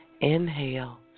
Inhale